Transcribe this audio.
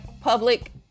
public